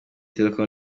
telecom